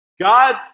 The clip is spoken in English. God